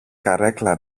καρέκλα